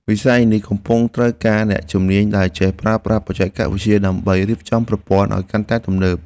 វិស័យនេះកំពុងត្រូវការអ្នកជំនាញដែលចេះប្រើប្រាស់បច្ចេកវិទ្យា ដើម្បីរៀបចំប្រព័ន្ធឱ្យកាន់តែទំនើប។